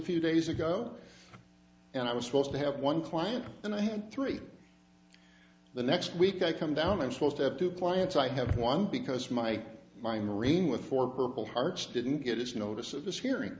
few days ago and i was supposed to have one client and i had three the next week i come down i'm supposed to have two clients i have one because my mind marine with four purple hearts didn't get its notice of this hearing